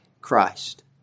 Christ